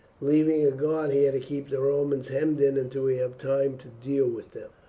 leaving a guard here to keep the romans hemmed in until we have time to deal with them.